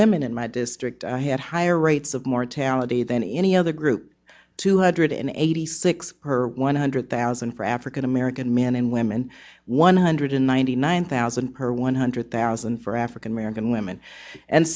women in my district i had higher rates of mortality than any other group two hundred and eighty fixed her one hundred thousand for african american men and women one hundred ninety nine thousand or one hundred thousand for african american women and